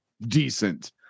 decent